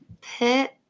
pit